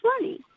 money